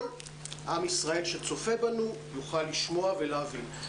עם ישראל שצופה בנו יוכל לשמוע ולהבין.